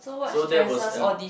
so that was an